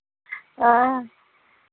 ओह